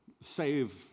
save